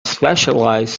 specialised